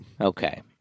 Okay